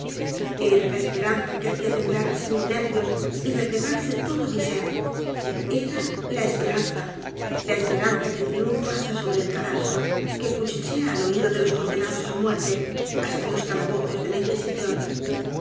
a la esperanza que hacía temblar así mis nervios y replegarse t o d o mi ser e r a la esperanza la esperanza que triunfa h a s t a sobre el cadalso que cuchichea al oído de los condenados á muerte h a s t a en los calabozos de la inquisición